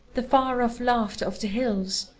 the far-off laughter of the hills,